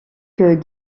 que